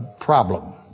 problem